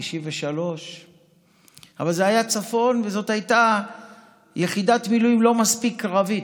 1993. אבל זה היה צפון וזאת הייתה יחידת מילואים לא מספיק קרבית,